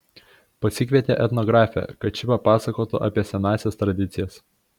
pasikvietė etnografę kad ši papasakotų apie senąsias tradicijas